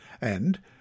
And